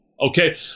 Okay